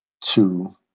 two